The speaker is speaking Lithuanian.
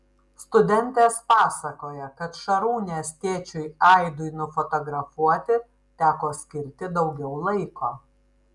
studentės pasakoja kad šarūnės tėčiui aidui nufotografuoti teko skirti daugiau laiko